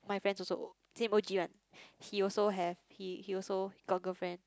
my friend also same O_G one he also have he he also got girlfriend